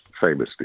famously